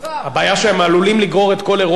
הבעיה היא שהם עלולים לגרור את כל אירופה,